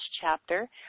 chapter